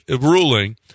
ruling